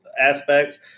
aspects